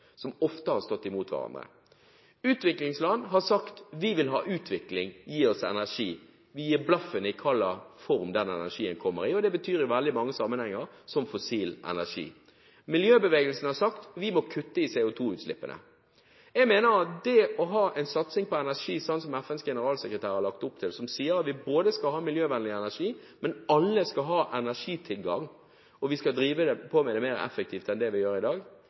som ofte har stått imot hverandre. Utviklingsland har sagt: Vi vil ha utvikling, gi oss energi – vi gir blaffen i hvilken form energien kommer! Det betyr i mange sammenhenger som fossil energi. Miljøbevegelsen har sagt: Vi må kutte i CO2-utslippene! FNs generalsekretær har lagt opp til en satsing på energi, som sier at vi skal ha miljøvennlig energi, samtidig som alle skal ha energitilgang og drive mer effektivt enn vi gjør i dag. Det mener jeg er en av de sakene som ikke alle sier er viktig nok til å få inn i